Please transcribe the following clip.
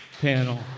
panel